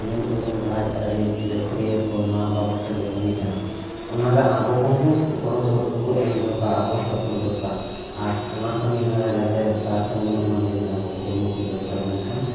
ᱧᱩᱢ ᱩᱨᱩᱢ ᱨᱟᱡᱽᱟᱹᱨᱤ ᱜᱟᱠᱷᱩᱲᱤᱭᱟᱹ ᱠᱚ ᱱᱚᱣᱟ ᱵᱟᱵᱚᱛ ᱛᱮᱠᱚ ᱠᱟᱹᱢᱤ ᱠᱟᱱᱟ ᱚᱱᱟᱨᱮ ᱟᱵᱚ ᱠᱚᱦᱚᱸ ᱜᱚᱲᱚ ᱥᱚᱦᱚᱫ ᱩᱱᱠᱩ ᱮᱢ ᱫᱚᱨᱠᱟᱨ ᱟᱵᱚᱦᱚᱸ ᱥᱟᱯᱚᱨᱴ ᱫᱚᱨᱠᱟᱨ ᱟᱨ ᱚᱱᱟ ᱠᱟᱹᱢᱤ ᱦᱚᱨᱟ ᱡᱟᱛᱮ ᱥᱟᱨᱥᱟᱜᱩᱱᱚᱜ ᱢᱟ ᱚᱱᱟ ᱞᱟᱹᱜᱤᱫ ᱟᱵᱚ ᱠᱩᱨᱩᱢᱩᱴᱩ ᱫᱚᱨᱠᱟᱨ ᱢᱮᱱᱠᱷᱟᱱ